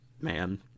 man